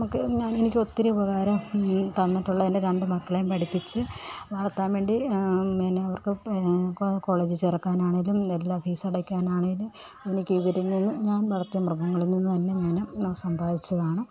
നമ്മൾക്ക് എനിക്ക് ഒത്തിരി ഉപകാരം ഈ തന്നിട്ടുള്ള എന്റെ രണ്ടു മക്കളെയും പഠിപ്പിച്ച് വളർത്താന് വേണ്ടി പിന്നേ അവർക്ക് കോളേജ് ചേർക്കാൻ ആണെങ്കിലും എല്ലാ ഫീസ് അടയ്ക്കാൻ ആണേങ്കിലും എനിക്ക് ഇവരില് നിന്നും ഞാന് വളര്ത്തിയ മൃഗങ്ങളില് നിന്ന് തന്നെ ഞാൻ ഞാന് സമ്പാദിച്ചതാണ്